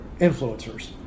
influencers